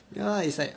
ya lah is like